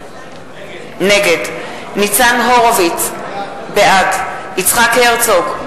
נגד ניצן הורוביץ, בעד יצחק הרצוג,